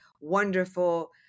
wonderful